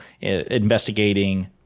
investigating